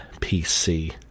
PC